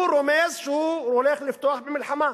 הוא רומז שהוא הולך לפתוח במלחמה.